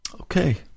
okay